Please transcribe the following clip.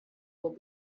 will